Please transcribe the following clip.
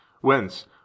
whence